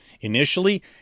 initially